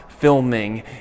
filming